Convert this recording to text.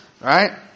Right